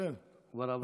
כבר עברו.